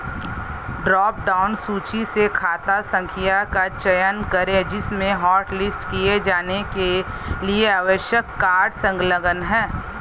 drop down सूची से खाता संख्या का चयन करें जिसमें हॉटलिस्ट किए जाने के लिए आवश्यक कार्ड संलग्न है